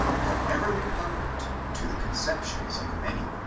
however repugnant to the conceptions of many,